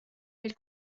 elle